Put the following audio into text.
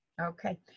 Okay